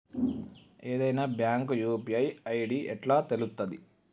ఏదైనా bank UPI ID ఎట్లా తెలుత్తది?